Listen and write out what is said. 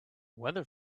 weather